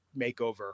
makeover